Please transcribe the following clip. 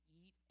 eat